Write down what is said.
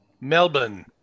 Melbourne